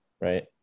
right